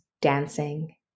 dancing